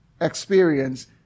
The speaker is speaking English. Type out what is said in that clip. experience